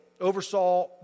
oversaw